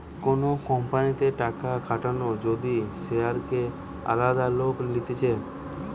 কোন কোম্পানিতে টাকা খাটানো যদি শেয়ারকে আলাদা লোক নিতেছে